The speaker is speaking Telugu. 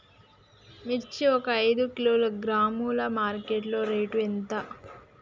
మిర్చి ఒక ఐదు కిలోగ్రాముల మార్కెట్ లో రేటు ఎంత?